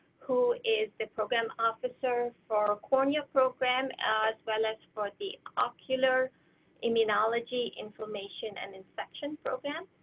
who is the program officer for cornea program as well as for the ocular immunology, inflammation and infection program,